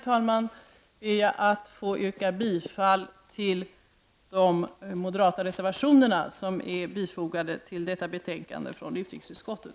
Jag ber att få yrka bifall till de moderata reservationer som är fogade till detta betänkande från utrikesutskottet.